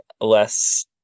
less